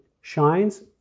shines